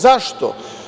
Zašto?